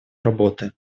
работы